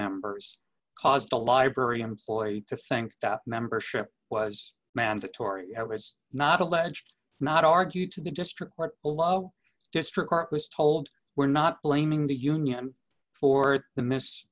nonmembers caused a library employee to think that membership was mandatory ever is not alleged not argued to the district court below district court was told we're not blaming the union for the mis